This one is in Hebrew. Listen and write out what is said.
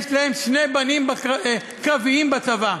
יש להם שני בנים קרביים בצבא?